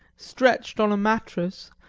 stretched on a mattress,